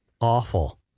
Awful